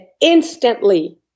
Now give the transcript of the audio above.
instantly